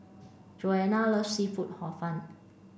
Joanne loves seafood Hor Fun